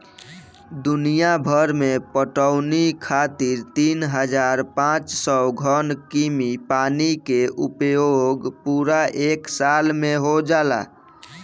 दुनियाभर में पटवनी खातिर तीन हज़ार पाँच सौ घन कीमी पानी के उपयोग पूरा एक साल में हो जाला